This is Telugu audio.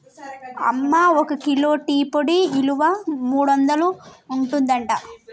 అమ్మ ఒక కిలో టీ పొడి ఇలువ మూడొందలు ఉంటదట